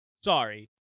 Sorry